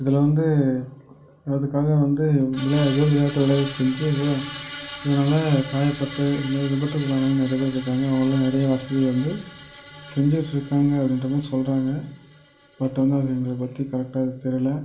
இதில் வந்து அதுக்காக வந்து விளா எதோ ஒரு விளையாட்டை விளையாட செஞ்சி இதனால் காயப்பட்டு இதுமாரி விபத்துக்குள்ளானவங்க நிறைய பேரு இருக்காங்க அவங்கள்லாம் நிறைய வசதியை வந்து செஞ்சிட்ருக்காங்க அப்படின்றமாரி சொல்கிறாங்க பட் ஆனால் அதை எங்களுக்கு பற்றி கரெக்டாக எதுவும் தெரியல